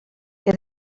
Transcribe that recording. que